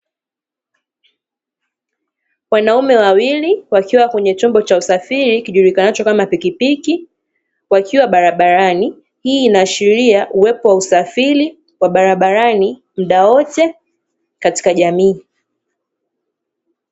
Wanaume wawili wakiwa kwenye chombo cha usafiri kijulikanacho kama pikipiki wakiwa barabarani, hii inahashiria uwepo wa usafiri wa barabarani mda wote katika jamii.